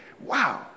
Wow